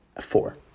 Four